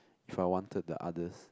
if I wanted the others